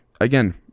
Again